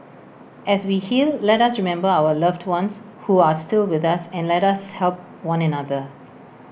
as we heal let us remember our loved ones who are still with us and let us help one another